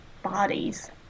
bodies